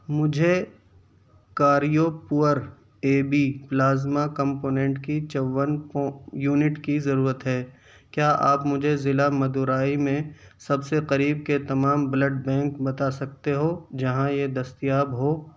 مجھے cryo poor A B plasma component کی چون یونٹ کی ضرورت ہے کیا آپ مجھے ضلع مدورائی میں سب سے قریب کے تمام بلڈ بینک بتا سکتے ہو جہاں یہ دستیاب ہو